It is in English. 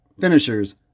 finishers